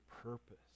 purpose